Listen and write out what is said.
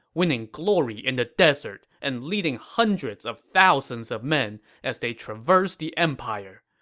winning glory in the desert and leading hundreds of thousands of men as they traverse the empire.